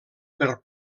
per